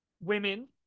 women